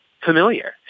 familiar